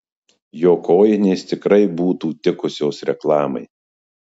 jo kojinės tikrai būtų tikusios reklamai